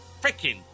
freaking